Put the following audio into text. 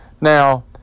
now